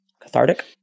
cathartic